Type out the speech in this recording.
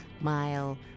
mile